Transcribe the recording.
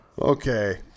okay